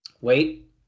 Wait